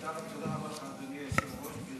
תודה רבה לך, אדוני היושב-ראש.